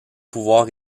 pouvoirs